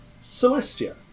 Celestia